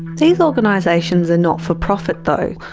these organisations are not-for-profit though.